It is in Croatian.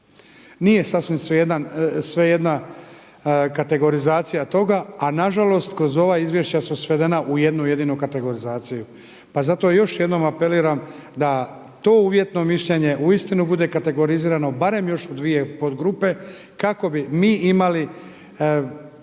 Nije sasvim svejedno kategorizacija toga a nažalost kroz ova izvješća su svedena u jednu jedinu kategorizaciju. Pa zato još jednom apeliram da to uvjetno mišljenje uistinu bude kategorizirano barem u još 2 podgrupe kako bi mi imali